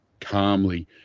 calmly